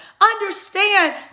understand